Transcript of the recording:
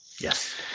Yes